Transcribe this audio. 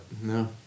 No